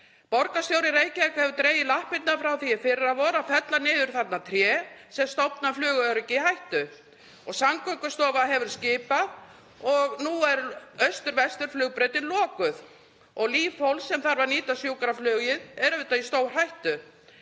Borgarstjórinn í Reykjavík hefur dregið lappirnar frá því í fyrravor að fella niður tré sem stofna flugöryggi í hættu. Samgöngustofa hefur skipað en nú er austur/vesturflugbrautin lokuð og líf fólks sem þarf að nýta sjúkraflugið er auðvitað í stórhættu.